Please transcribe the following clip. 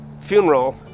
funeral